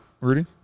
Rudy